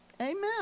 Amen